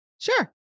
Sure